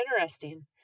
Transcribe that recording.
interesting